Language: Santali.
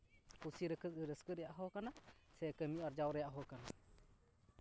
ᱠᱩᱥᱤ ᱨᱟᱹᱥᱠᱟᱹ ᱨᱮᱭᱟᱜ ᱦᱚᱸ ᱠᱟᱱᱟ ᱥᱮ ᱠᱟᱹᱢᱤ ᱟᱨᱡᱟᱣ ᱨᱮᱭᱟᱜ ᱦᱚᱸ ᱠᱟᱱᱟ